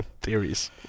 Theories